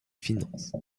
finances